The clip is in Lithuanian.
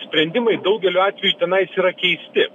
sprendimai daugeliu atvejų tenais yra keisti